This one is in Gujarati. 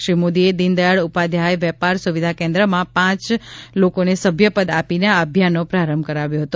શ્રી મોદીએ દીન દયાળ ઉપાધ્યાય વેપાર સુવિધા કેન્દ્રમાં પાંચ લોકોને સભ્યપદ આપીને આ અભિયાનો પ્રારંભ કરાવ્યો હતો